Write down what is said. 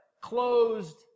closed